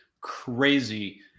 crazy